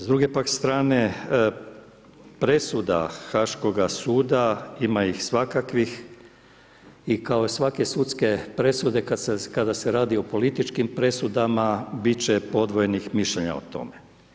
S druge pak strane presuda Haškoga suda, ima ih svakakvih i kao i svake sudske presude kada se radi o političkim presudama bit će podvojenih mišljenja o tome.